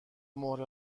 مهره